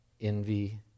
envy